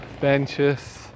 benches